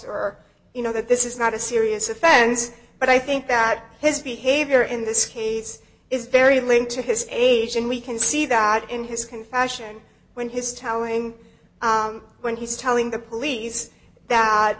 or you know that this is not a serious offense but i think that his behavior in this case is very linked to his age and we can see that in his confession when his telling when he's telling the police that